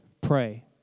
pray